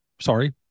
Sorry